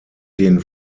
den